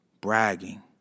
Bragging